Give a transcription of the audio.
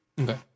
Okay